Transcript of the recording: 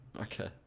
okay